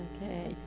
Okay